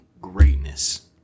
greatness